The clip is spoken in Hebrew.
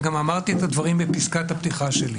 וגם אמרתי את הדברים בפסקת הפתיחה שלי,